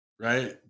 right